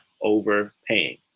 overpaying